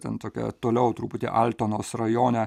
ten tokia toliau truputį altanos rajone